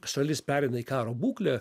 šalis pereina į karo būklę